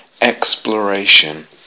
exploration